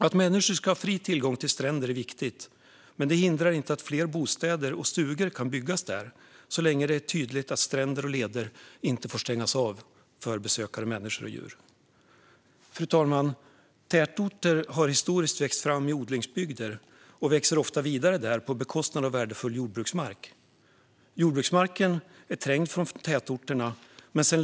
Att människor ska ha fri tillgång till stränder är viktigt. Men det hindrar inte att fler bostäder och stugor kan byggas där, så länge det är tydligt att stränder och leder inte får stängas av för människor och djur. Fru talman! Tätorter har historiskt växt fram i odlingsbygder och växer ofta vidare där på bekostnad av värdefull jordbruksmark. Jordbruksmarken är trängd från tätorterna.